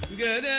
good